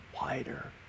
wider